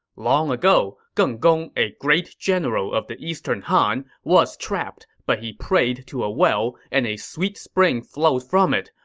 long ago, geng gong, a great general of the eastern han, was trapped, but he prayed to a well, and a sweet spring flowed from it.